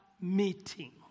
meeting